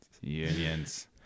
Unions